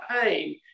Pain